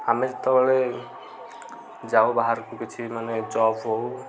ଆମେ ଯେତେବେଳେ ଯାଉ ବାହାରକୁ କିଛି ମାନେ ଜବ୍ ହେଉ